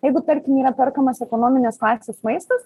jeigu tarkim yra perkamas ekonominės klasės maistas